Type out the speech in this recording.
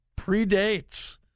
predates